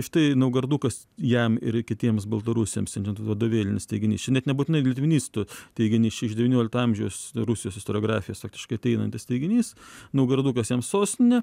štai naugardukas jam ir kitiems baltarusiams vadovėlinis teiginys čia net nebūtinai litvinistų teiginys čia iš devyniolikto amžiaus rusijos istoriografijos praktiškai ateinantis teiginys naugardukas jam sostinė